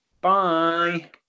Bye